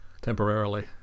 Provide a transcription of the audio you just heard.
temporarily